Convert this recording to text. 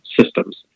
systems